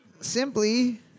simply